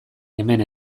hemen